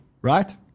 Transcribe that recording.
right